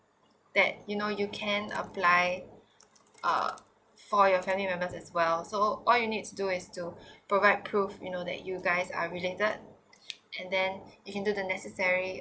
that you know you can apply uh for your family members as well so what you need to do is to provide proof you know that you guys are related and then you can do the necessary